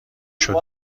شده